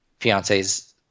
fiancés